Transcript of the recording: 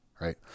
right